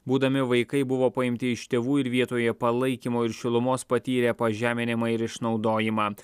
būdami vaikai buvo paimti iš tėvų ir vietoje palaikymo ir šilumos patyrė pažeminimą ir išnaudojimą